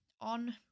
on